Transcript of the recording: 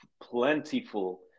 plentiful